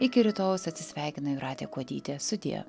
iki rytojaus atsisveikina jūratė kuodytė sudie